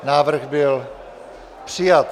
Návrh byl přijat.